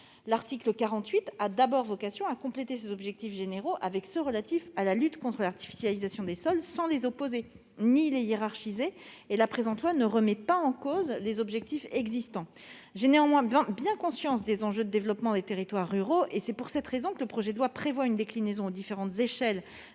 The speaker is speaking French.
l'article 48 a d'abord vocation à compléter ces objectifs généraux en y adjoignant les objectifs relatifs à la lutte contre l'artificialisation des sols, sans les opposer ni hiérarchiser, le présent projet de loi ne remettant pas en cause les objectifs existants. Néanmoins, j'ai bien conscience des enjeux de développement des territoires ruraux. C'est pourquoi le projet de loi prévoit une déclinaison, aux différentes échelles